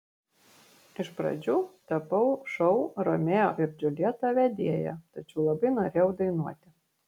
iš pradžių tapau šou romeo ir džiuljeta vedėja tačiau labai norėjau dainuoti